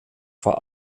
vor